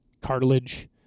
cartilage